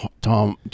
Tom